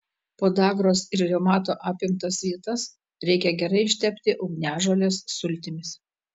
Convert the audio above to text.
podagros ir reumato apimtas vietas reikia gerai ištepti ugniažolės sultimis